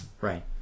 Right